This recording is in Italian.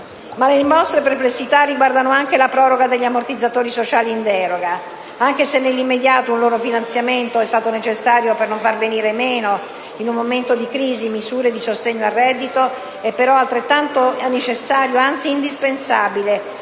le nostre perplessità riguardano anche la proroga degli ammortizzatori sociali in deroga: anche se nell'immediato un loro finanziamento è stato necessario per non far venire meno in un momento di crisi misure di sostegno al reddito, è però altrettanto necessario, ed anzi indispensabile,